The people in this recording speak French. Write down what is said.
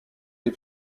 des